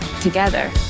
together